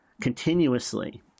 continuously